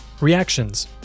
Reactions